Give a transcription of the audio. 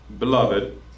Beloved